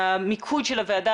המיקוד של הוועדה,